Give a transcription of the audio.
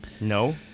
No